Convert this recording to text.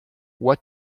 what